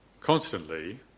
constantly